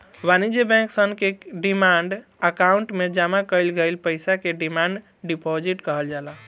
वाणिज्य बैंक सन के डिमांड अकाउंट में जामा कईल गईल पईसा के डिमांड डिपॉजिट कहल जाला